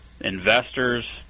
investors